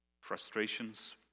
frustrations